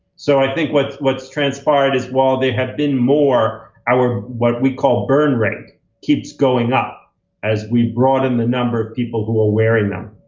so i think what's what's transpired is, well, they have been more our, what we call burn rate keeps going up as we broaden the number of people who are wearing them.